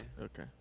Okay